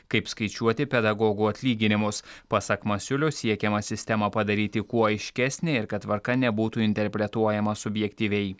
kaip skaičiuoti pedagogų atlyginimus pasak masiulio siekiama sistemą padaryti kuo aiškesnė ir kad tvarka nebūtų interpretuojama subjektyviai